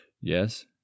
Yes